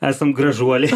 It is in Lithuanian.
esam gražuoliai